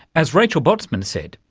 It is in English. as rachel botsman said,